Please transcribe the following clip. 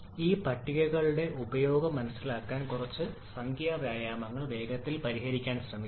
ഈ പട്ടികകളുടെ ഉപയോഗം മനസിലാക്കാൻ കുറച്ച് സംഖ്യാ വ്യായാമങ്ങൾ വേഗത്തിൽ പരിഹരിക്കാൻ ശ്രമിക്കാം